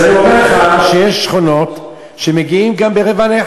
אז אני אומר לך שיש שכונות שמגיעים גם ב-00:45.